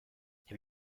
have